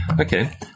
Okay